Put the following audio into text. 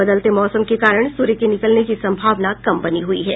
बदलते मौसम के कारण सूर्य के निकलने की संभावना कम बनी हुई है